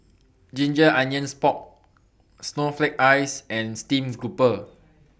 Ginger Onions Pork Snowflake Ice and Stream Grouper